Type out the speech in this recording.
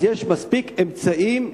אז יש מספיק אמצעים.